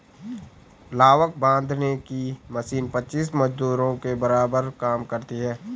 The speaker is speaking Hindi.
लावक बांधने की मशीन पच्चीस मजदूरों के बराबर काम करती है